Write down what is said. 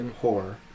horror